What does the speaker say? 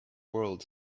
world